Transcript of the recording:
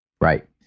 right